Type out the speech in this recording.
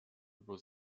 über